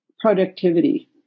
productivity